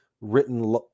written